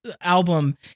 album